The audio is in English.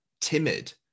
timid